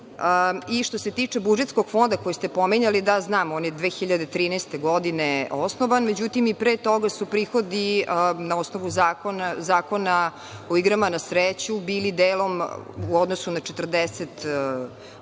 meru? Što se tiče budžetskog fonda, koji ste pominjali, da, znam, on je 2013. godine osnovan, međutim, i pre toga su prihodi na osnovu Zakona o igrama na sreću bili delom u odnosu na 40%, pa